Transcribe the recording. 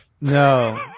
no